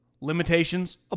Limitations